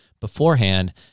beforehand